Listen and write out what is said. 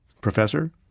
Professor